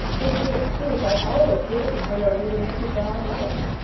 it's the excuse i've always given for your leading such a bad life.